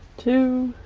two,